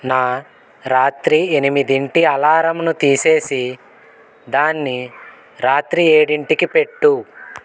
నా రాత్రి ఎనిమిదింటి అలారంను తీసేసి దాన్ని రాత్రి ఏడింటికి పెట్టు